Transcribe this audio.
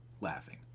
laughing